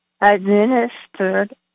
administered